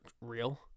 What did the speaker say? real